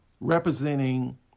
representing